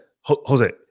Jose